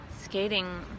skating